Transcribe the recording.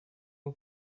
bwo